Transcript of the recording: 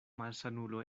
malsanulo